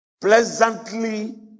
pleasantly